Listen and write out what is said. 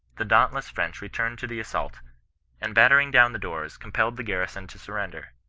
the dauntless french returned to the assauli and battering down the doors, compelled the garrison to surrender.